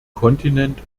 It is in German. kontinent